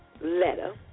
letter